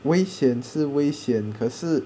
危险是危险可是